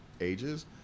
ages